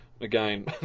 again